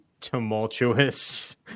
tumultuous